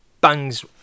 Bangs